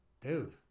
Dude